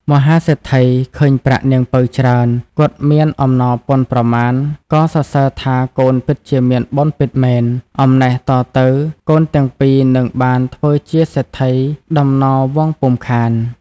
មហាសេដ្ឋីឃើញប្រាក់នាងពៅច្រើន គាត់មានអំណរពន់ប្រមាណក៏សរសើរថាកូនពិតជាមានបុណ្យពិតមែន អំណះតទៅកូនទាំងពីរនឹងបានធ្វើជាសេដ្ឋីដំណវង្សពុំខាន។